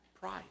price